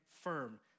firm